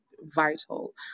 vital